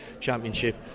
Championship